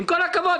עם כל הכבוד,